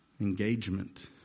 engagement